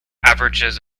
averages